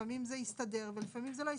לפעמים זה יסתדר ולפעמים זה לא יסתדר.